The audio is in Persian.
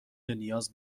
نیاز